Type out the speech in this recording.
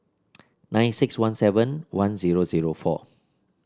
nine six one seven one zero zero four